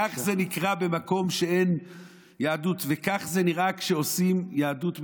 כך זה נראה במקום שאין יהדות וכך זה נראה כשעושים יהדות מתקדמת.